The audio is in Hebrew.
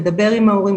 לדבר עם ההורים,